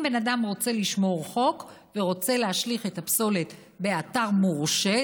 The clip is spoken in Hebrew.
אם בן אדם רוצה לשמור חוק ורוצה להשליך את הפסולת באתר מורשה,